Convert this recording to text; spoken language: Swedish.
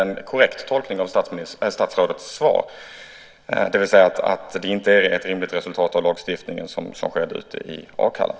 Är det en korrekt tolkning av statsrådets svar?